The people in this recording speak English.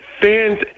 fans